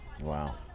Wow